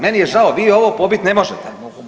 Meni je žao, vi ovo pobit ne možete.